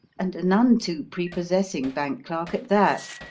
and a none too prepossessing bank clerk at that,